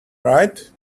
right